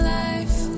life